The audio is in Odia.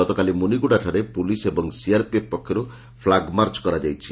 ଗତକାଲି ମୁନିଗୁଡ଼ାଠାରେ ପୁଲିସ୍ ଏବଂ ସିଆର୍ପିଏଫ୍ ପକ୍ଷରୁ ଫ୍ନୁଗ୍ମାର୍ଚ୍ଚ କରାଯାଇଛି